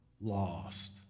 lost